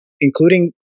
including